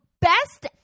Best